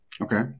okay